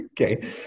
Okay